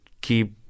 keep